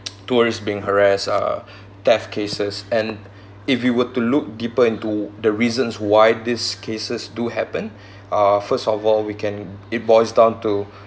tourists being harassed uh theft cases and if you were to look deeper into the reasons why these cases do happen uh first of all we can it boils down to